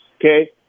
Okay